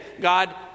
God